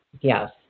Yes